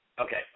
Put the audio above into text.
Okay